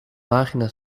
pagina